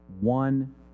one